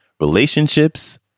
relationships